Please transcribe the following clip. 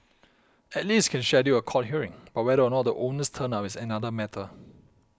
at least can schedule a court hearing but whether or not the owners turn up is another matter